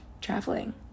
traveling